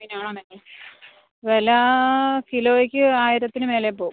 വില കിലോയ്ക്ക് ആയിരത്തിന് മേലെ പോവും